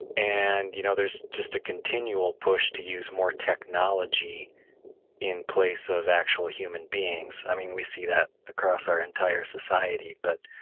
and you know there's just a continual push to use more technology in place of actual human beings. i mean, we see that across our entire society, but